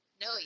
No